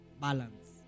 balance